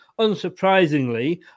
unsurprisingly